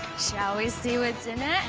shall we see what's in